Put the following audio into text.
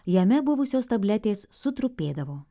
jame buvusios tabletės sutrupėdavo